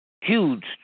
Huge